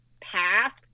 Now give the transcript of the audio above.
path